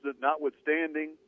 notwithstanding